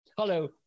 Hello